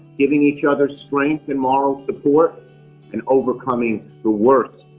giving each other strength and moral support and overcoming the worst,